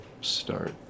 start